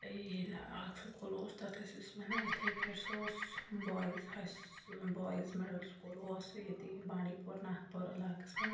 ٲں ییٚلہِ اَکھ سکوٗل اوس تَتھ ٲسۍ أسۍ وَنان یتھٔے کٲٹھۍ سُہ اوس بایِز ہاے س بایِز مِڈل سکوٗل اوس سُہ ییٚتی بانٛڈی پور ناتھ پوٗر علاقَس مَنٛز